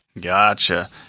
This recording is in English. Gotcha